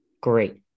Great